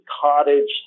cottage